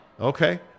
Okay